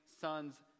sons